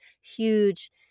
huge